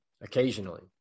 occasionally